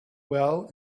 well